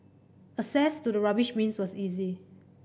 access to the rubbish bins was easy